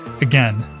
Again